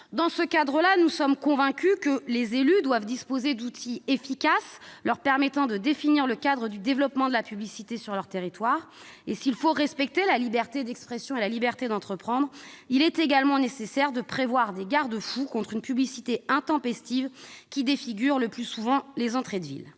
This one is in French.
Dans ce contexte, nous sommes convaincus que les élus doivent disposer d'outils efficaces leur permettant de définir le cadre du développement de la publicité sur leur territoire. S'il faut respecter la liberté d'expression et la liberté d'entreprendre, il est également nécessaire de prévoir des garde-fous contre une publicité intempestive, qui défigure le plus souvent les entrées de ville.